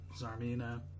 zarmina